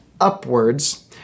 upwards